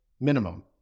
minimum